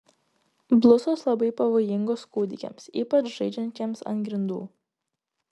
blusos labai pavojingos kūdikiams ypač žaidžiantiems ant grindų